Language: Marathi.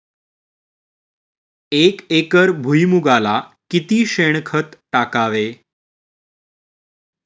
एक एकर भुईमुगाला किती शेणखत टाकावे?